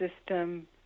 system